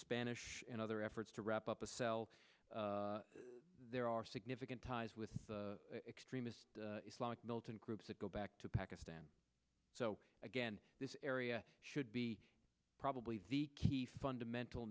spanish and other efforts to wrap up a cell there are significant ties with extremist islamic militant groups that go back to pakistan so again this area should be probably the key fundamental